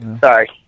Sorry